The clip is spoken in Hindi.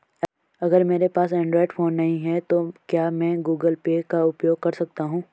अगर मेरे पास एंड्रॉइड फोन नहीं है तो क्या मैं गूगल पे का उपयोग कर सकता हूं?